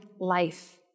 Life